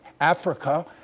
Africa